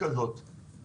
אני מניח שזאת עבירה קלה.